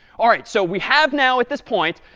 all right, so we have now, at this point,